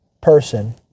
person